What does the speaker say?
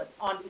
on